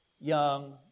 young